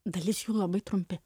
dalis jų labai trumpi